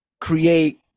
create